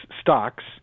stocks